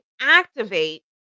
activate